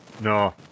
No